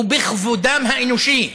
ובכבודם האנושי.